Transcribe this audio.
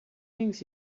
wings